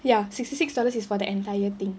ya sixty six dollars is for the entire thing